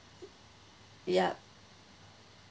yup